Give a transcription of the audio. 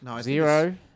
Zero